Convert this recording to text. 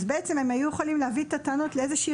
אז בעצם הם היו יכולים להביא את הטענות לאיזושהי